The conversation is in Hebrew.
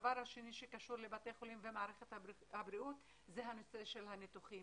דבר נוסף שקשור לבתי חולים ולמערכת הבריאות זה הנושא של הניתוחים